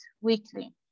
weekly